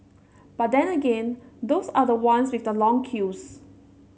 but then again those are the ones with the long queues